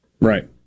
Right